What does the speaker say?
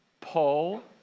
Paul